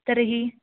तर्हि